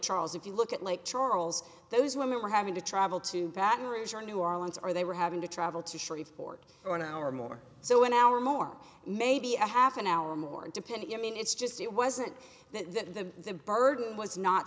charles if you look at lake charles those women were having to travel to baton rouge or new orleans are they were having to travel to shreveport for an hour or more so in our more maybe a half an hour or more depending i mean it's just it wasn't that the burden was not